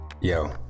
Yo